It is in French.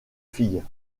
filles